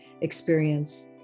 experience